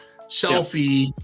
selfie